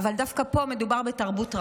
אבל דווקא פה מדובר בתרבות רעה,